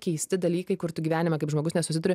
keisti dalykai kur tu gyvenime kaip žmogus nesusiduri